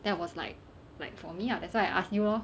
that was like like for me lah that's why I ask you lor